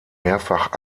mehrfach